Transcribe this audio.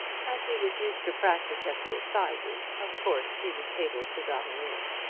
as he was used to practice at the assizes of course he was able to domineer.